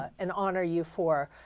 and honor you for.